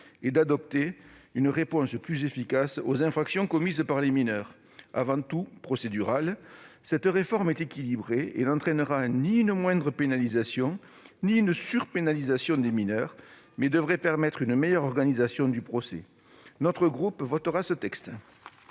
et d'apporter une réponse plus efficace aux infractions commises par les mineurs. Avant tout procédurale, cette réforme est équilibrée. Elle n'entraînera ni une moindre pénalisation ni une surpénalisation des mineurs, mais devrait permettre une meilleure organisation du procès. Notre groupe votera ce texte.